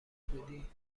بودی